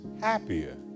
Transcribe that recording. happier